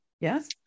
Yes